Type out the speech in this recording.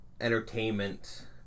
entertainment